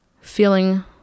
feeling